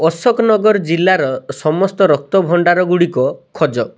ଅଶୋକନଗର ଜିଲ୍ଲାର ସମସ୍ତ ରକ୍ତ ଭଣ୍ଡାରଗୁଡ଼ିକ ଖୋଜ